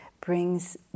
brings